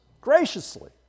graciously